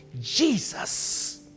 Jesus